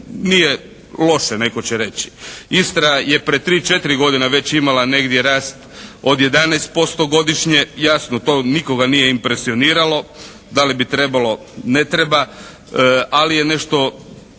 Nije loše netko će reći. Istra je prije tri, četiri godine već imala negdje rast od 11% godišnje. Jasno, to nikoga nije impresioniralo. Da li bi trebalo, ne treba ali je nešto